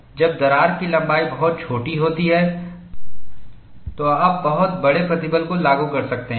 जब दरार की लंबाई बहुत छोटी होती है तो आप बहुत बड़े प्रतिबल को लागू कर सकते हैं